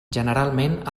generalment